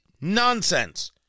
Nonsense